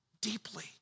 deeply